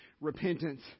repentance